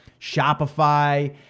Shopify